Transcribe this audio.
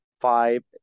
five